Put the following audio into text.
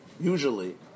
usually